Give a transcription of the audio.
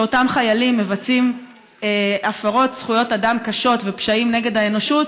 כשאותם חיילים מבצעים הפרות זכויות אדם קשות ופשעים נגד האנושות?